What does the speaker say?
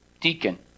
deacon